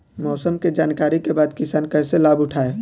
मौसम के जानकरी के बाद किसान कैसे लाभ उठाएं?